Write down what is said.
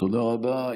תודה רבה.